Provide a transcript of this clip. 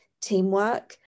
teamwork